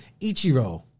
Ichiro